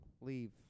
leave